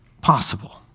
possible